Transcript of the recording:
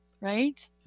right